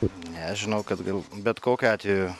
nežinau kad gal bet kokiu atveju